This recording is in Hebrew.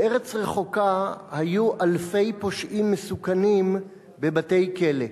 בארץ רחוקה היו אלפי פושעים מסוכנים בבתי-כלא.